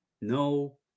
No